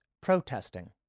protesting